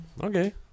Okay